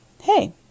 Hey